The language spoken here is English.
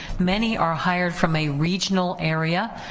many are hired from a regional area.